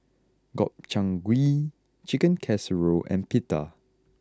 Gobchang Gui Chicken Casserole and Pita